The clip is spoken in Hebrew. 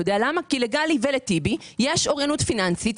כי לגלי ולטיבי יש אוריינות פיננסית.